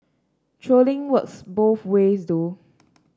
trolling works both ways though